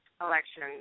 election